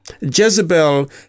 Jezebel